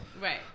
right